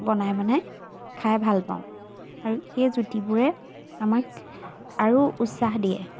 বনাই বনাই খাই ভালপাওঁ আৰু সেই জুতিবোৰে আমাক আৰু উৎসাহ দিয়ে